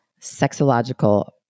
sexological